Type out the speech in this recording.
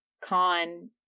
con